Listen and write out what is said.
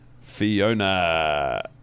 Fiona